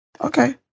Okay